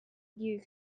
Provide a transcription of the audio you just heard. you